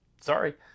Sorry